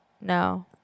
No